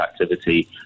activity